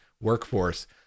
workforce